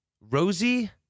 Rosie